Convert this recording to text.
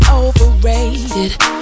overrated